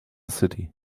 city